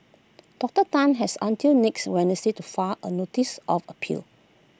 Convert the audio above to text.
Doctor Tan has until next Wednesday to far A notice of appeal